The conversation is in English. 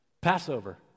Passover